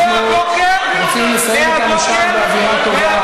אנחנו רוצים לסיים את המושב באווירה טובה.